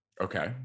Okay